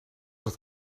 het